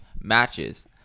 matches